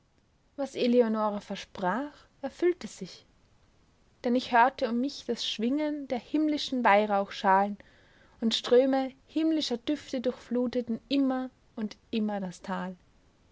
was eleonora versprach erfüllte sich denn ich hörte um mich das schwingen der himmlischen weihrauchschalen und ströme himmlischer düfte durchfluteten immer und immer das tal